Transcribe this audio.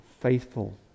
faithful